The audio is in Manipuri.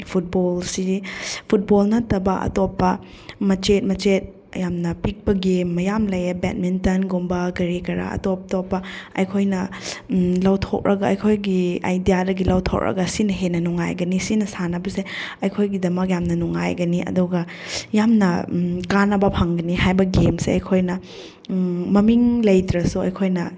ꯐꯨꯠꯕꯣꯜꯁꯤ ꯐꯨꯠꯕꯣꯜ ꯅꯠꯇꯕ ꯑꯇꯣꯞꯄ ꯃꯆꯦꯠ ꯃꯆꯦꯠ ꯌꯥꯝꯅ ꯄꯤꯛꯄ ꯒꯦꯝ ꯃꯌꯥꯝ ꯂꯩꯌꯦ ꯕꯦꯠꯃꯤꯟꯇꯟꯒꯨꯝꯕ ꯀꯔꯤ ꯀꯔꯥ ꯑꯇꯣꯞ ꯇꯣꯞꯄ ꯑꯩꯈꯣꯏꯅ ꯂꯧꯊꯣꯛꯂꯒ ꯑꯩꯈꯣꯏꯒꯤ ꯑꯥꯏꯗꯤꯌꯥꯗꯒꯤ ꯂꯧꯊꯣꯛꯂꯒ ꯁꯤꯅ ꯍꯦꯟꯅ ꯅꯨꯡꯉꯥꯏꯒꯅꯤ ꯁꯤꯅ ꯁꯥꯟꯅꯕꯁꯦ ꯑꯩꯈꯣꯏꯒꯤꯗꯃꯛ ꯌꯥꯝꯅ ꯅꯨꯡꯉꯥꯏꯒꯅꯤ ꯑꯗꯨꯒ ꯌꯥꯝꯅ ꯀꯥꯟꯅꯕ ꯐꯪꯒꯅꯤ ꯍꯥꯏꯕ ꯒꯦꯝꯁꯦ ꯑꯩꯈꯣꯏꯅ ꯃꯃꯤꯡ ꯂꯩꯇ꯭ꯔꯁꯨ ꯑꯩꯈꯣꯏꯅ